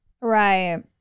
right